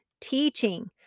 teaching